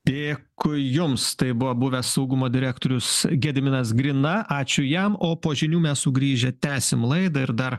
dėkui jums tai buvo buvęs saugumo direktorius gediminas grina ačiū jam o po žinių mes sugrįžę tęsim laidą ir dar